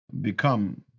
become